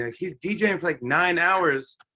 ah he's deejaying for like nine hours.